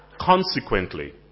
Consequently